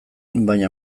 baina